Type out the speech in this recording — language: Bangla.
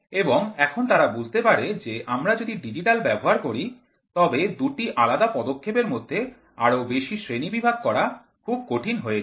এবং এখন তারা বুঝতে পারে যে আমরা যদি ডিজিটাল ব্যবহার করি তবে দুটি আলাদা পদক্ষেপের মধ্যে আরও বেশি শ্রেণীবিভাগ করা খুব কঠিন হয়ে যায়